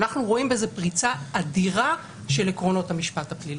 ואנחנו רואים בזה פריצה אדירה של עקרונות המשפט הפלילי.